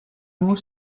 more